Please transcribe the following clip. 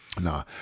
Nah